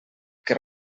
que